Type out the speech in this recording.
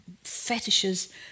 fetishes